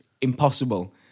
impossible